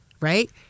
right